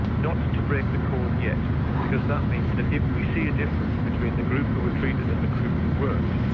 not to break the code yet because that means that if we see a difference between the group who were treated and the group who weren't,